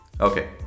okay